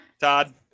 Todd